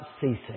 ceasing